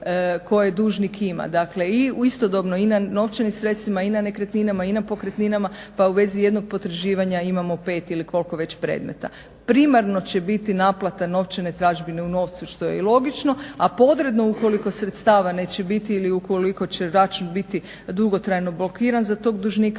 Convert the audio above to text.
koje dužnik ima. Dakle, istodobno i na novčanim sredstvima i na nekretninama i na pokretninama, pa u vezi jednog potraživanja imamo pet ili koliko već predmeta. Primarno će biti naplata novčane tražbine u novcu što je i logično, a podredno ukoliko sredstava neće biti ili ukoliko će račun biti dugotrajno blokiran za tog dužnika